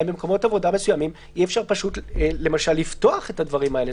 האם במקומות עבודה מסוימים אי אפשר פשוט לפתוח את הדברים האלה?